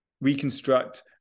reconstruct